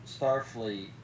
Starfleet